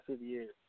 years